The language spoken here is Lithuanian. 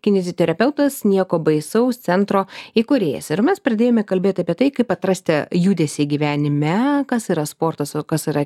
kinioeziterapeutas nieko baisaus centro įkūrėjas ir mes pradėjome kalbėt apie tai kaip atrasti judesį gyvenime kas yra sportas o kas yra